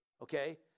Okay